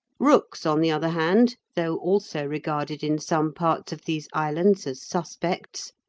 rooks, on the other hand, though also regarded in some parts of these islands as suspects,